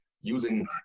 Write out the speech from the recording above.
using